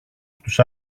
στους